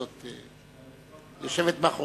אני מחזיק בידי את דוח העוני,